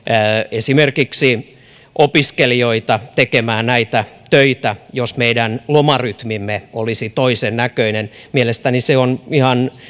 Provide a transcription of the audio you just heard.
esimerkiksi opiskelijoita tekemään näitä töitä jos meidän lomarytmimme olisi toisennäköinen mielestäni se on ihan